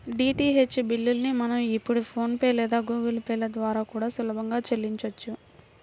DTH బిల్లుల్ని మనం ఇప్పుడు ఫోన్ పే లేదా గుగుల్ పే ల ద్వారా కూడా సులభంగా చెల్లించొచ్చు